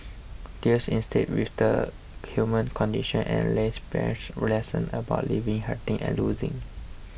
deals instead with the human condition and lays bare lessons about living hurting and losing